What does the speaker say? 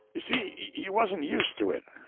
you see you wasn't used to it.